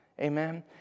Amen